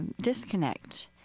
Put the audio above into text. disconnect